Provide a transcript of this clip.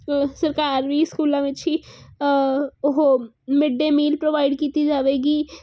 ਸਰਕਾਰ ਵੀ ਸਕੂਲਾਂ ਵਿੱਚ ਹੀ ਉਹ ਮਿਡ ਡੇ ਮੀਲ ਪ੍ਰੋਵਾਈਡ ਕੀਤੀ ਜਾਵੇਗੀ